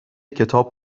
کتاب